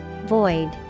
Void